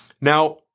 Now